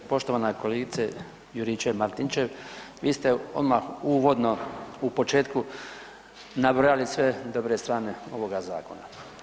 Poštovana kolegice Juričev-Martinčev, vi ste odmah uvodno u početku nabrojali sve dobre strane ovoga zakona.